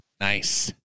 Nice